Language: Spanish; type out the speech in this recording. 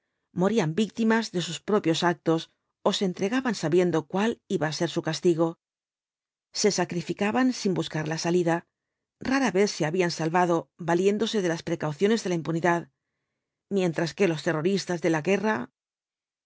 morían víctimas de sus propios actos ó se entregaban sabiendo cuál ibaá ser su castigo se sacrificaban sin buscar la salida rara vez se habían salvado valiéndose de las precauciones de la impunidad mientras que los terroristas de la guerra